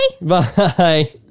bye